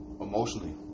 Emotionally